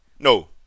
No